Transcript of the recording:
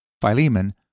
Philemon